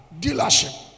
dealership